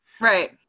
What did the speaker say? Right